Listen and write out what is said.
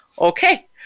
okay